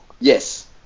Yes